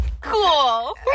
cool